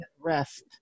Rest